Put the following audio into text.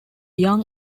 young